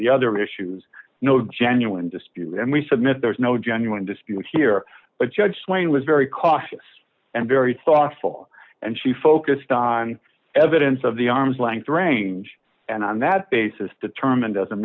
the other issues no genuine dispute and we submit there's no genuine dispute here but judge swain was very cautious and very thoughtful and she focused on evidence of the arm's length range and on that basis determined